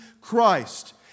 Christ